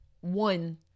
one